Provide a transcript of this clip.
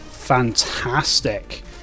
Fantastic